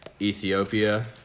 Ethiopia